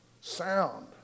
sound